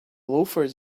loafers